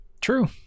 True